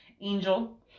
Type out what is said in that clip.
Angel